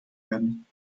werden